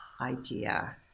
idea